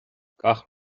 gach